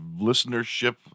listenership